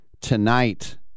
tonight